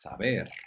Saber